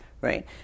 right